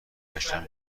گشتم